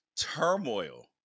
turmoil